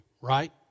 right